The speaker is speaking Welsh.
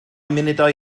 munudau